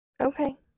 Okay